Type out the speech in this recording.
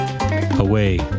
Away